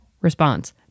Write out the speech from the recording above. Response